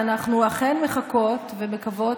ואנחנו אכן מחכות ומקוות,